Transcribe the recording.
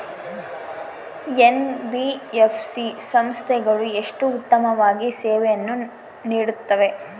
NBFC ಸಂಸ್ಥೆಗಳು ಎಷ್ಟು ಉತ್ತಮವಾಗಿ ಸೇವೆಯನ್ನು ನೇಡುತ್ತವೆ?